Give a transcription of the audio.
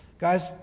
Guys